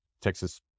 Texas